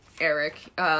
Eric